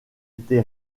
été